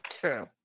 true